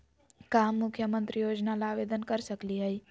का हम मुख्यमंत्री योजना ला आवेदन कर सकली हई?